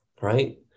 Right